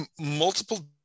multiple